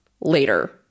later